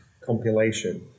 compilation